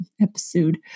episode